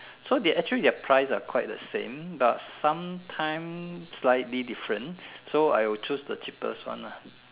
so they actually they are price are quite the same but sometime slightly different so I will choose the cheapest one ah